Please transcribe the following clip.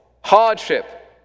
hardship